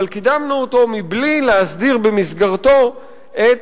אבל קידמנו אותו בלי להסדיר במסגרתו את